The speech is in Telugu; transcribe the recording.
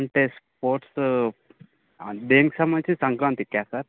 అంటే స్పోర్ట్స్ దేనికి సంబంధించి సంక్రాంతికా సార్